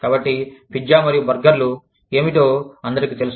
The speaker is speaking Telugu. కాబట్టి పిజ్జా మరియు బర్గర్లు ఏమిటో అందరికీ తెలుసు